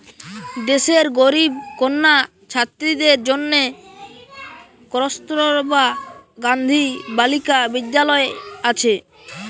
দেশের গরিব কন্যা ছাত্রীদের জন্যে কস্তুরবা গান্ধী বালিকা বিদ্যালয় আছে